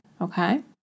okay